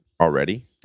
already